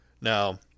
Now